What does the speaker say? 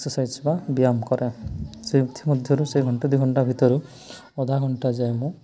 exercise ବା ବ୍ୟାୟାମ କରେ ସେ ଏଥି ମଧ୍ୟରୁ ସେ ମୋତେ ଦୁଇ ଘଣ୍ଟା ଭିତରେ ଅଧା ଘଣ୍ଟା ଯାଏ ମୁଁ